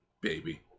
Baby